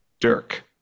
Dirk